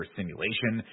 simulation